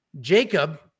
Jacob